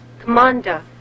Commander